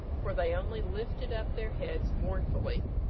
for they only lifted up their heads mournfully,